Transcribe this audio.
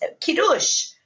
kiddush